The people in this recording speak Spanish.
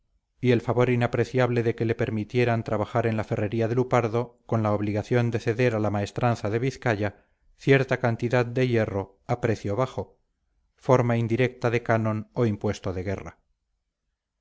y el favor inapreciable de que le permitieran trabajar en la ferrería de lupardo con la obligación de ceder a la maestranza de vizcaya cierta cantidad de hierro a precio bajo forma indirecta de canon o impuesto de guerra